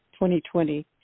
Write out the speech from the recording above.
2020